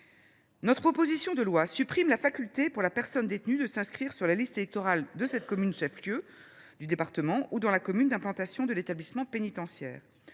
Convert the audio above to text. Notre proposition de loi supprime la faculté pour la personne détenue de s’inscrire sur la liste électorale de la commune chef lieu de département ou de la commune d’implantation de l’établissement pénitentiaire.